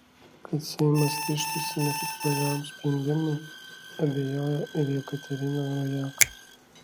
kad seimas ryžtųsi nepopuliariam sprendimui abejoja ir jekaterina rojaka